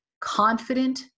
confident